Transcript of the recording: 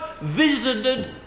visited